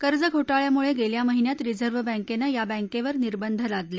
कर्ज घोटाळ्यामुळे गेल्या महिन्यात रिझर्व्ह बँकेनं या बँकेवर निर्बंध लादले